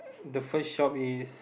the first shop is